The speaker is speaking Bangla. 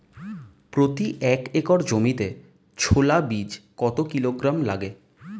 প্রতি একর জমিতে ছোলা বীজ কত কিলোগ্রাম লাগে?